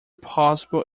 possible